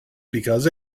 because